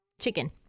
Chicken